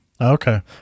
Okay